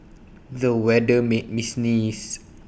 the weather made me sneeze